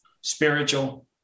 spiritual